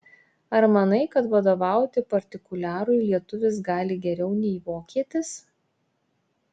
ar manai kad vadovauti partikuliarui lietuvis gali geriau nei vokietis